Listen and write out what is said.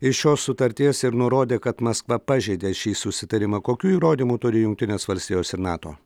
iš šios sutarties ir nurodė kad maskva pažeidė šį susitarimą kokių įrodymų turi jungtinės valstijos ir nato